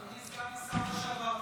אדוני סגן השר לשעבר,